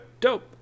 dope